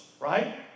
Right